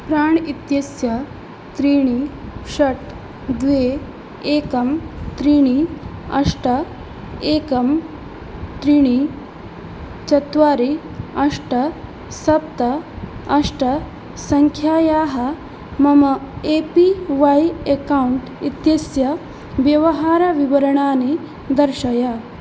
प्राण् इत्यस्य त्रीणि षट् द्वे एकं त्रीणि अष्ट एकं त्रीणि चत्वारि अष्ट सप्त अष्ट सङ्ख्यायाः मम ए पी वाय् अकौण्ट् इत्यस्य व्यवहारविवरणानि दर्शय